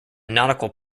nautical